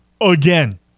again